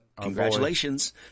Congratulations